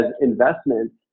investments